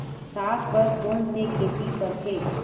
साग बर कोन से खेती परथे?